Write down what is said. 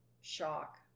shock